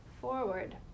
forward